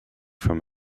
from